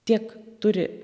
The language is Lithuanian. tiek turi